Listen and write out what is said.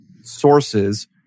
sources